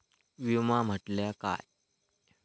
विमा म्हटल्या काय?